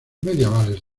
medievales